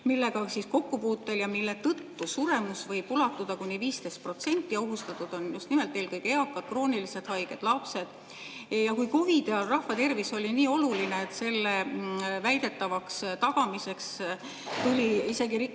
Sellega kokkupuutel suremus võib ulatuda kuni 15%‑ni. Ohustatud on just nimelt eelkõige eakad, kroonilised haiged, lapsed. Kui COVID‑i ajal rahvatervis oli nii oluline, et selle väidetavaks tagamiseks tuli isegi rikkuda